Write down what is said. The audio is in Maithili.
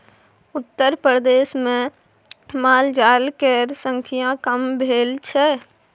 उत्तरप्रदेशमे मालजाल केर संख्या कम भेल छै